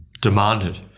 demanded